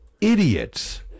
idiots